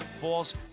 False